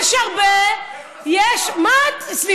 יש הרבה, איך את מסכימה?